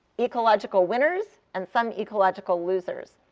ecological winners and some ecological losers.